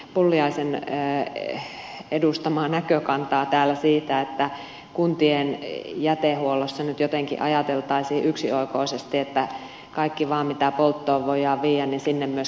pulliaisen edustamaa näkökantaa siitä että kuntien jätehuollossa nyt jotenkin ajateltaisiin yksioikoisesti että kaikki vaan mitä polttoon voidaan viedä sinne myöskin kärrätään